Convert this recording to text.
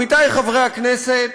עמיתי חברי הכנסת,